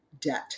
debt